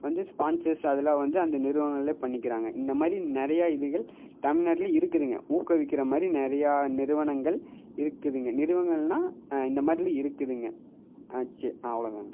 வந்து ஸ்பான்சர்ஸ் அதெலாம் வந்து அந்த நிறுவனங்களே பண்ணிக்கிறாங்க இந்த மாதிரி நிறையா இதுகள் தமிழ்நாட்டிலையும் இருக்குதுங்க ஊக்குவிக்கிற மாதிரி நிறையா நிறுவனங்கள் இருக்குதுங்க நிறுவனங்கள்னால் இந்த மாதிரிலாம் இருக்குதுங்க சரி அவ்வளோ தாங்க